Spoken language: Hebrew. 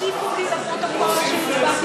לפרוטוקול, אדוני.